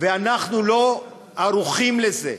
ואנחנו לא ערוכים לזה.